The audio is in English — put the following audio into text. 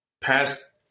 past –